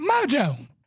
Mojo